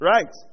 Right